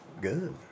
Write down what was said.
Good